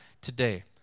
today